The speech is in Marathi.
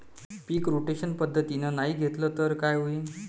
पीक रोटेशन पद्धतीनं नाही घेतलं तर काय होईन?